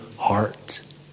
heart